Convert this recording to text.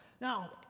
Now